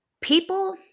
people